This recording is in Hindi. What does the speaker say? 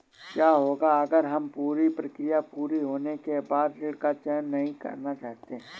क्या होगा अगर हम पूरी प्रक्रिया पूरी होने के बाद ऋण का चयन नहीं करना चाहते हैं?